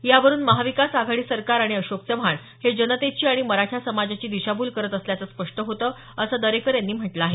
यावरून महाविकास आघाडी सरकार आणि अशोक चव्हाण हे जनतेची आणि मराठा समाजाची दिशाभूल करत असल्याचं स्पष्ट होतं असं दोकर यांनी म्हटलं आहे